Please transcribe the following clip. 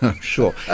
Sure